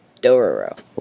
Dororo